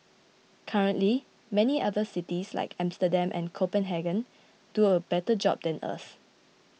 currently many other cities like Amsterdam and Copenhagen do a better job than us